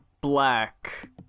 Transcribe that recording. Black